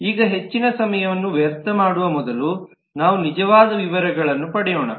ಈಗ ಹೆಚ್ಚಿನ ಸಮಯವನ್ನು ವ್ಯರ್ಥ ಮಾಡುವ ಮೊದಲು ನಾವು ನಿಜವಾದ ವಿವರಗಳನ್ನು ಪಡೆಯೋಣ